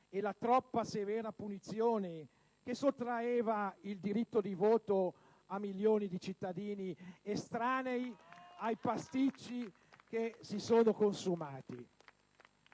e la troppo severa punizione, che sottraeva il diritto di voto a milioni di cittadini estranei ai pasticci che si sono consumati.